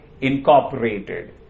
incorporated